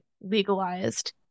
legalized